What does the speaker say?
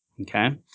Okay